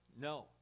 No